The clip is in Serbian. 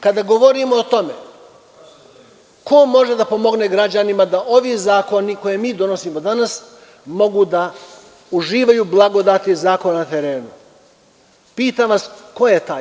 Kada govorimo o tome ko može da pomogne građanima da ovi zakoni koje mi donosimo danas mogu da uživaju blagodeti zakona na terenu, pitam vas ko je taj?